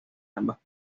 ambas